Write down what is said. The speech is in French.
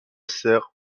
serre